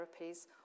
therapies